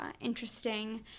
interesting